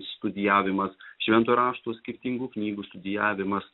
studijavimas švento rašto skirtingų knygų studijavimas